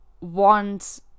want